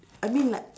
I mean like